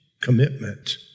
commitment